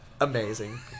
amazing